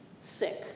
Sick